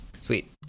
Sweet